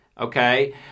okay